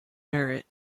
merit